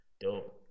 Dope